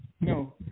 no